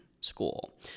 school